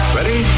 Ready